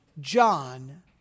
john